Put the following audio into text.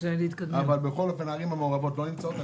בכל אופן, הערים המעורבות לא נמצאות.